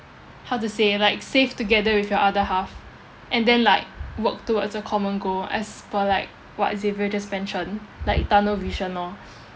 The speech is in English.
how to say like save together with your other half and then like work towards a common goal as per like what xavier just mentioned like tunnel vision lor